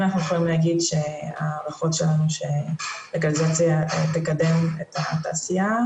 אנחנו יכולים להגיד שההערכות שלנו שהלגליזציה תקדם את התעשייה,